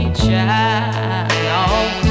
child